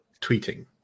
tweeting